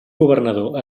governador